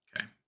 okay